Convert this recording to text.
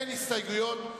אין הסתייגויות.